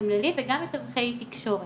וגם מתווכי תקשורת.